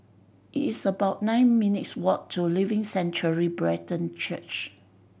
it's about nine minutes' walk to Living Sanctuary Brethren Church